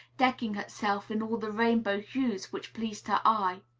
decking herself in all the rainbow hues which pleased her eye.